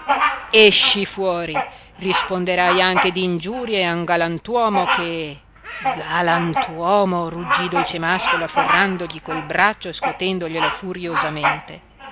esci fuori risponderai anche d'ingiurie a un galantuomo che galantuomo ruggì dolcemàscolo afferrandogli quel braccio e scotendoglielo furiosamente